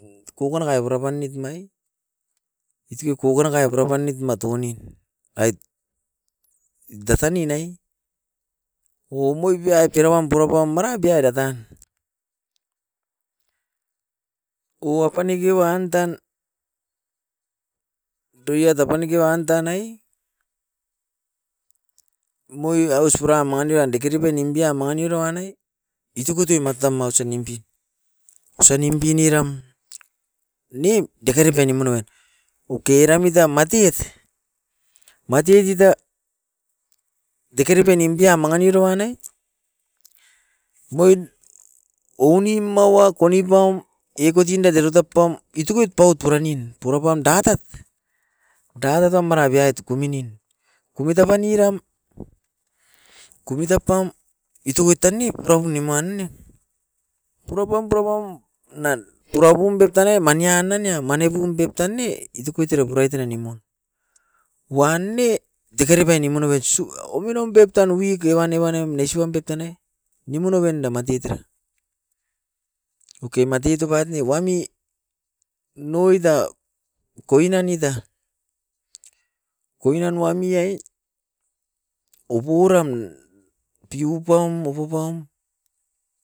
Kokonakai purapanit mai itui kokonakai purapanit ma tounin, ait dakani nai oam oibiai kerawam purapam mara biairata. O apaneke wan tan doiat apaneke wan tanai umoi aus puram mangani wan dikeri piae nimpian mangai rouan nai, itukutui matam ause nimpui. Ause nimpui niram nin dekere pai nimun noven, oke eram muitam matet, matet ita dikare pai nimpia mangan iroan nai mout ounim maua konipaum ekotinda detotap pam itukuit paut purannim, purapam datat. Datat amara biai tukuminin, kumit ama niram kumit apam ituit tan ne pura pum nimuan ne. Pura pam, pura pam nan purapum pep tanai manian nan nia manepum pep tan e itokoit era purait era nimuan. Wan ne dekee pai nimuan noven sisiu ominom pep tan wik e wan ne wan nem nesuam pep tanai, nimun noven data matit era. Oke matit ubat ne wami noit ta koinan nuita, koinan wami ai opouram deupaum, mopa paum